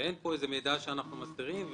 אין פה מידע שאנחנו מסתירים.